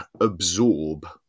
absorb